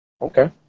Okay